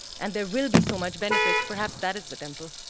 and there will be so much benefit, perhaps that is the temple.